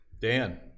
Dan